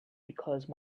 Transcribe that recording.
because